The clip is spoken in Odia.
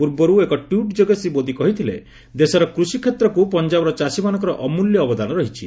ପୂର୍ବରୁ ଏକ ଟ୍ୱିଟ୍ ଯୋଗେ ଶ୍ରୀ ମୋଦି କହିଥିଲେ ଦେଶର କୃଷିକ୍ଷେତ୍ରକୁ ପଞ୍ଜାବର ଚାଷୀମାନଙ୍କର ଅମ୍ବଲ୍ୟ ଅବଦାନ ରହିଛି